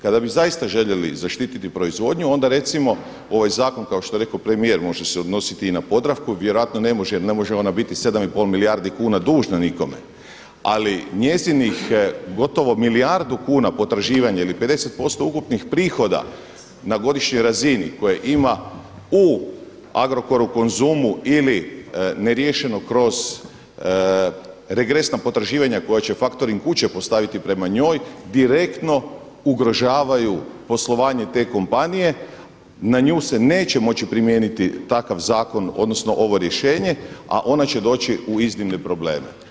Kada bi zaista željeli zaštititi proizvodnju onda recimo ovaj zakon kao što je rekao premijer može se odnositi i na Podravku, vjerojatno ne može jel ne može ona biti 7,5 milijardi kuna dužna nikome, ali njezinih gotovo milijardu kuna potraživanja ili 50% ukupnih prihoda na godišnjoj razini koje ima u Agrokoru u Konzumu ili neriješeno kroz regresna potraživanja koja će faktoring kuće postaviti prema njoj, direktno ugrožavaju poslovanje te kompanije, na nju se neće moći primijeniti takav zakon odnosno ovo rješenje, a ona će doći u iznimne probleme.